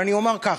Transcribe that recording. אבל אני אומר ככה,